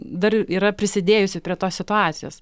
dar yra prisidėjusi prie tos situacijos